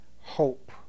hope